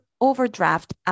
overdraft